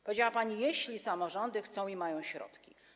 Powiedziała pani: jeśli samorządy chcą i mają środki.